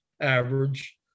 average